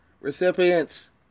recipients